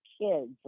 kids